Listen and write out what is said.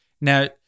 now